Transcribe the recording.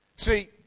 See